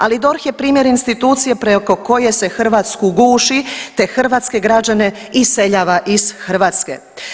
Ali DORH je primjer institucije preko koje se Hrvatsku guši te hrvatske građane iseljava iz Hrvatske.